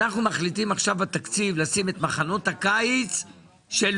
לשים בתקציב את מחנות הקיץ של